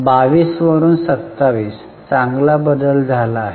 22 वरून 27 चांगला बदल झाला आहे